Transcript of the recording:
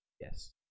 Yes